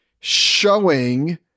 showing